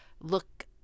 look